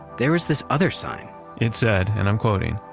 there is this other sign it said, and i'm quoting,